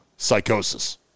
Psychosis